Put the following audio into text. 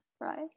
right